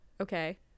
Okay